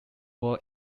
world